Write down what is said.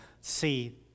see